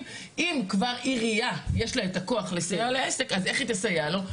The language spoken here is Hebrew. אם כבר עירייה יש לה את הכוח לסייע לעסק אז איך היא תסייע לו,